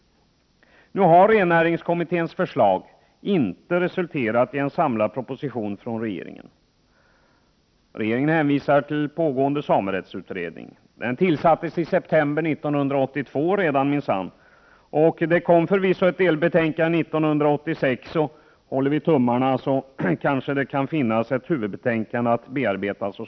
Nu har rennäringskommitténs förslag inte resulterat i en samlad proposition. Regeringen hänvisar till den pågående sameutredningen. Den tillsattes redan i september 1982 minsann. Det kom förvisso ett delbetänkande 1986, och håller vi tummarna kommer det kanske att så småningom finnas ett huvudbetänkande att bearbeta.